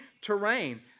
terrain